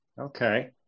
Okay